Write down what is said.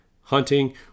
hunting